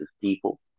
people